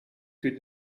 que